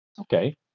Okay